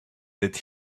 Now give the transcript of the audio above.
that